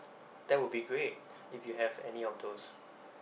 that will be great if you have any of those